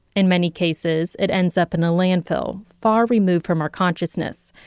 in many cases, it ends up in a landfill, far removed from our consciousness,